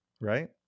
right